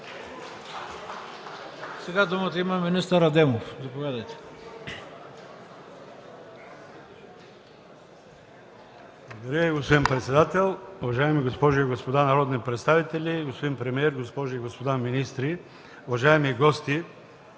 Сега думата има министър Адемов. Заповядайте.